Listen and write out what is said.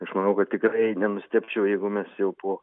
aš manau kad tikrai nenustebčiau jeigu mes jau po